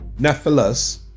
Nephilus